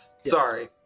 Sorry